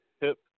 Hip